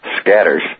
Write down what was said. scatters